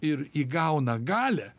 ir įgauna galią